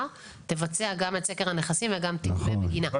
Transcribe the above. תבצע גם את סקר הנכסים וגם תגבה בגינה.